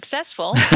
successful